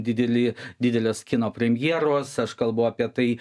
dideli didelės kino premjeros aš kalbu apie tai